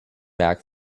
back